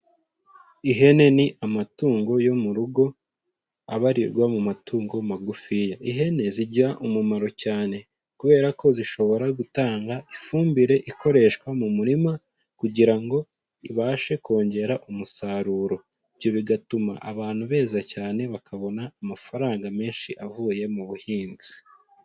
Ihene ni amatungo yo mu rugo abarirwa mu matungo magufiya. Ihene zigira umumaro cyane kubera ko zishobora gutanga ifumbire ikoreshwa mu murima kugira ngo ibashe kongera umusaruro. Ibyo bigatuma abantu beza cyane, bakabona amafaranga menshi avuye mu buhinzi.